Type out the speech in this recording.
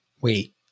Wait